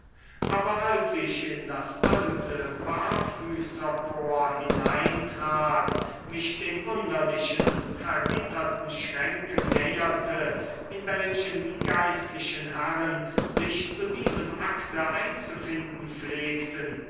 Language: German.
aber als ich in das alte barfüßerchor hineintrat mich den wunderlichen vergitterten schränken näherte in welchen die geistlichen herren sich zu diesem akte einzufinden pflegten